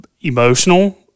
emotional